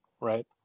right